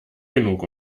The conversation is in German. genug